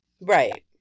Right